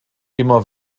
immer